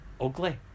ugly